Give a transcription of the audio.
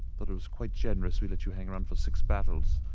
thought it was quite generous we let you hang around for six battles.